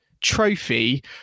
trophy